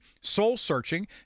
soul-searching